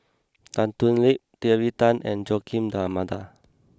Tan Thoon Lip Terry Tan and Joaquim D'almeida